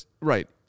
Right